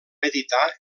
editar